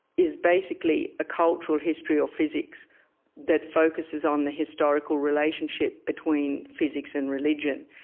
is basically a cultural history of physics that focuses on the historical relationship between physics and religion.